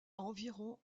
environ